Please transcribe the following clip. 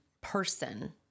person